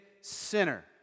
sinner